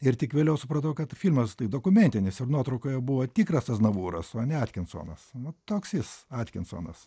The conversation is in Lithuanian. ir tik vėliau supratau kad filmas tai dokumentinis ir nuotraukoje buvo tikras aznavūras o ne atkinsonas nu toks jis atkinsonas